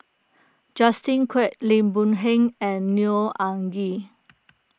Justin Quek Lim Boon Heng and Neo Anngee